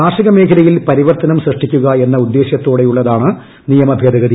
കാർഷിക മേഖല്ലിയിൽ പരിവർത്തനം സൃഷ്ടിക്കുക എന്ന ഉദ്ദേശ്യത്തോടെയുള്ളത്താണ് നിയമഭേദഗതി